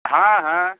হ্যাঁ হ্যাঁ